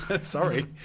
sorry